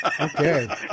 Okay